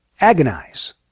Agonize